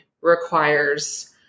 requires